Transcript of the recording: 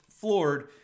floored